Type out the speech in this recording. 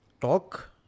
talk